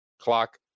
clock